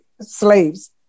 slaves